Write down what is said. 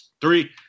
Three